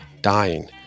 dying